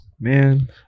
Man